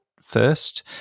first